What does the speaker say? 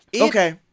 Okay